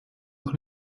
auch